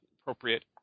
appropriate